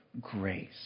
Grace